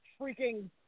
freaking